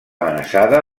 amenaçada